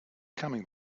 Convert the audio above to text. coming